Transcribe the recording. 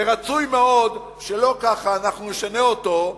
ורצוי מאוד שלא ככה אנחנו נשנה אותו,